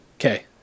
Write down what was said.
okay